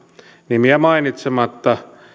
nimiä mainitsematta